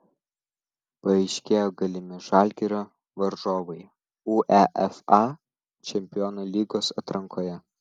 paaiškėjo galimi žalgirio varžovai uefa čempionų lygos atrankoje